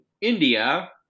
India